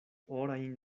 orajn